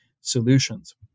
solutions